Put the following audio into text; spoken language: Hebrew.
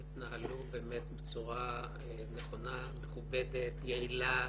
התנהלו בצורה נכונה, מכובדת, יעילה